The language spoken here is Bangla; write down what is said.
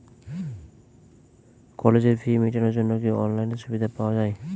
কলেজের ফি মেটানোর জন্য কি অনলাইনে সুবিধা পাওয়া যাবে?